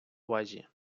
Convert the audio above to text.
увазі